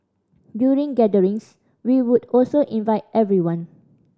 during gatherings we would also invite everyone